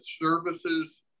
services